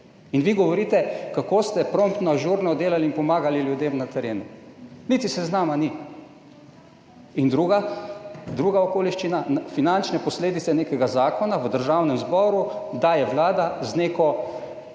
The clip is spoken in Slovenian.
Vi govorite kako ste promptno, ažurno delali in pomagali ljudem na terenu, niti seznama ni. Druga okoliščina finančne posledice nekega zakona v Državnem zboru daje Vlada z neko